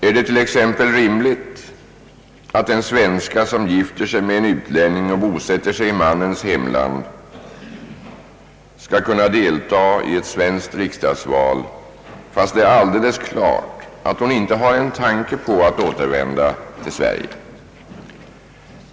Är det t.ex. rimligt att en svenska som gifter sig med en utlänning och bosätter sig i mannens hemland skall kunna delta i ett svenskt riksdagsval, fastän det är alldeles klart att hon inte har en tanke på att återvända till Sverige?